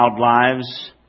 lives